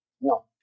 No